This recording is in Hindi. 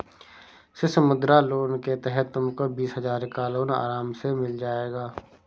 शिशु मुद्रा लोन के तहत तुमको बीस हजार का लोन आराम से मिल जाएगा